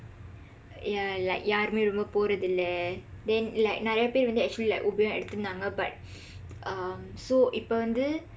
yah like யாருமே ரொம்ப போகுறது இல்ல:yaarumee rompa pookurathu illa then like நிறைய பேர் வந்து:niraiya peer vandthu actually like உபயம் எடுத்திருந்தாங்க:upayam eduththirundthaangka but um so இப்ப வந்து:ippa vandthu